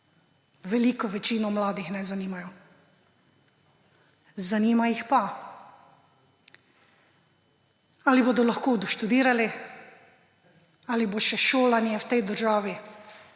Veliko večino mladih ne zanimajo. Zanima jih pa, ali bodo lahko doštudirali, ali bo še šolanje v tej državi